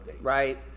Right